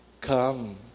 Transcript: come